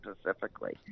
specifically